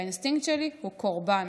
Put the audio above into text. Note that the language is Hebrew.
באינסטינקט שלי הוא קורבן".